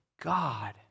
God